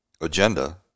agenda